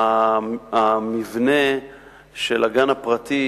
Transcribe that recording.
המבנה של הגן הפרטי